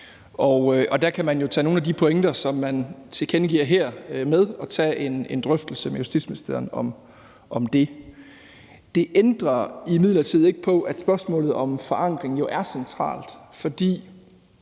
og der kan man jo tage nogle af de pointer, som man tilkendegiver her, med, og tage en drøftelse med justitsministeren om det. Det ændrer imidlertid ikke på, at spørgsmålet om en forankring jo er centralt, fordi